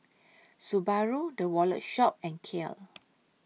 Subaru The Wallet Shop and Kiehl's